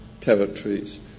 territories